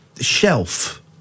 Shelf